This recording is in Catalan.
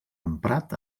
emprat